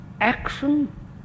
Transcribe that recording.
action